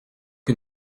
que